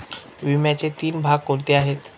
विम्याचे तीन भाग कोणते आहेत?